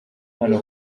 hano